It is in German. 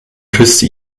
küsste